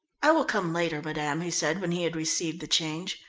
i will come later, madame, he said, when he had received the change.